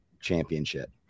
championship